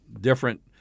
different